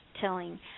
telling